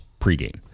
pregame